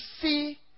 see